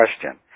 question